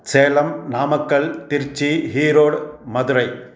Salem Namakkal Tiruchi Erode Madurai